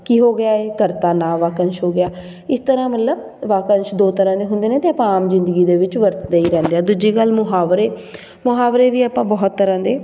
ਕੀ ਹੋ ਗਿਆ ਇਹ ਕਰਤਾ ਨਾਂਵ ਵਾਕੰਸ਼ ਹੋ ਗਿਆ ਇਸ ਤਰ੍ਹਾਂ ਮਤਲਬ ਵਾਕੰਸ਼ ਦੋ ਤਰ੍ਹਾਂ ਦੇ ਹੁੰਦੇ ਨੇ ਅਤੇ ਆਪਾਂ ਆਮ ਜ਼ਿੰਦਗੀ ਦੇ ਵਿੱਚ ਵਰਤਦੇ ਹੀ ਰਹਿੰਦੇ ਹਾਂ ਦੂਜੀ ਗੱਲ ਮੁਹਾਵਰੇ ਮੁਹਾਵਰੇ ਵੀ ਆਪਾਂ ਬਹੁਤ ਤਰ੍ਹਾਂ ਦੇ